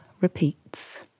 repeats